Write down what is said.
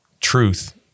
truth